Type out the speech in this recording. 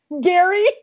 Gary